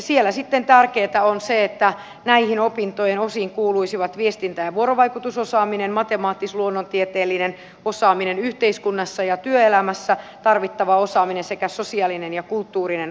siellä sitten tärkeätä on se että näihin opintojen osiin kuuluisivat viestintä ja vuorovaikutusosaaminen matemaattis luonnontieteellinen osaaminen yhteiskunnassa ja työelämässä tarvittava osaaminen sekä sosiaalinen ja kulttuurinen osaaminen